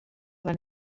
van